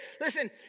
Listen